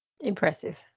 Impressive